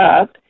up